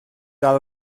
dal